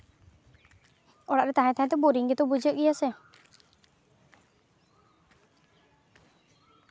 ᱚᱲᱟᱜ ᱨᱮ ᱛᱟᱦᱮᱸ ᱛᱟᱦᱮᱸ ᱛᱮ ᱵᱳᱨᱤᱝ ᱜᱮᱛᱚ ᱵᱩᱡᱷᱟᱹᱜ ᱜᱮᱭᱟ ᱥᱮ